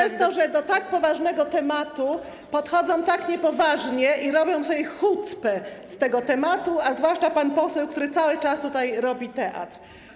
przez to, że do tak poważnego tematu podchodzą tak niepoważnie i robią sobie hucpę z tego tematu, a zwłaszcza pan poseł, który cały czas tutaj robi teatr.